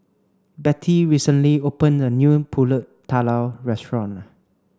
Betty recently opened a new Pulut Tatal restaurant